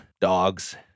dogs